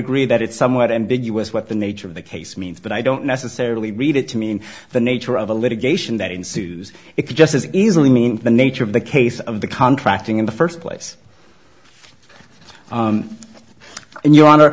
agree that it's somewhat ambiguous what the nature of the case means but i don't necessarily read it to mean the nature of the litigation that ensues it could just as easily mean the nature of the case of the contracting in the first place and your honor